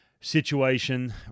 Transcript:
situation